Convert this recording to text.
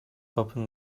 open